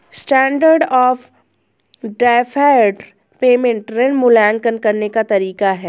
standard of deferred payment ऋण मूल्यांकन करने का तरीका है